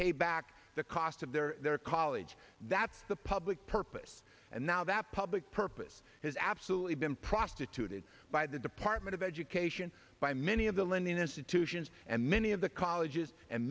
pay back the cost of their their college that's the public purpose and now that public purpose has absolutely been prostituted by the department of education by many of the lending institutions and many of the colleges and